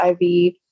IV